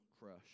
crush